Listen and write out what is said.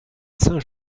saint